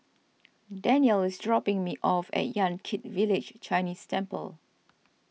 Dannielle is dropping me off at Yan Kit Village Chinese Temple